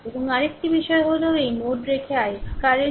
এবং আরেকটি বিষয় হল এই নোড রেখে ix কারেন্ট